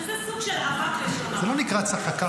שזה סוג של --- זה לא נקרא "צחקה